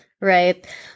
Right